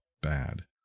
bad